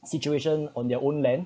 situation on their own land